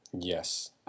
Yes